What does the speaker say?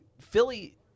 Philly